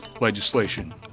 legislation